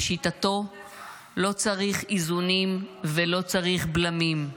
לשיטתו לא צריך איזונים ולא צריך בלמים.